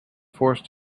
forced